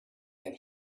than